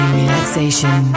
relaxation